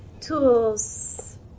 tools